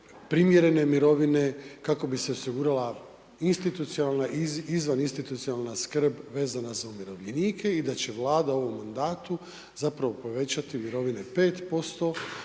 primjerene mirovine, kako bi se osigurala institucionalna, izvan institucionalna skrb vezana za umirovljenike i da će Vlada u ovom mandatu zapravo povećati mirovine 5%